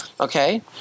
Okay